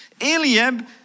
Eliab